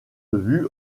vue